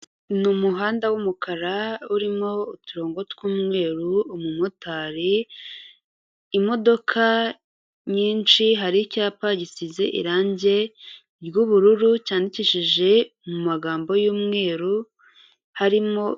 Ni umuhanda w'umukara urimo uturongo tw'umweru, umumotari, imodoka nyinshi, hari icyapa gisize irange ry'ubururu cyandikishije mu magambo y'umweru harimo.